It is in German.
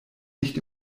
nicht